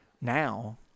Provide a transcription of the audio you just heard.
now